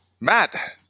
Matt